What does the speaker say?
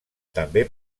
també